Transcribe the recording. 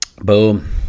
Boom